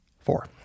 Four